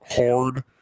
hard